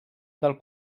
del